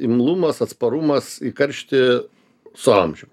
imlumas atsparumas į karštį su amžium